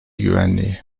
güvenliği